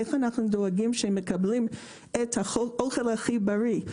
איך אנחנו דואגים שהם מקבלים את האוכל הכי בריא.